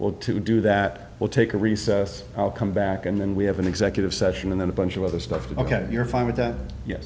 or to do that we'll take a recess i'll come back and then we have an executive session and then a bunch of other stuff ok you're fine with that ye